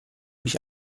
mich